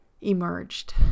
emerged